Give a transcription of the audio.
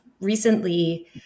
recently –